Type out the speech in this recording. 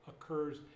occurs